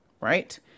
Right